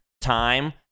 time